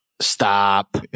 Stop